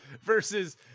versus